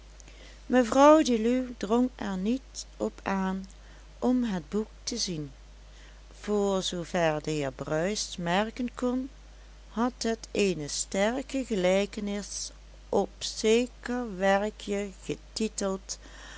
mevrouw deluw drong er niet op aan om het boek te zien voor zoover de heer bruis merken kon had het eene sterke gelijkenis op zeker werkje getiteld